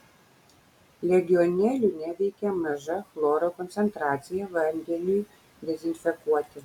legionelių neveikia maža chloro koncentracija vandeniui dezinfekuoti